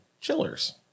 chillers